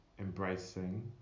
embracing